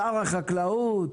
שר החקלאות?